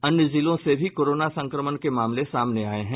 अन्य जिले से भी कोरोना संक्रमण के मामले सामने आये हैं